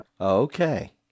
Okay